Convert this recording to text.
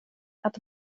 att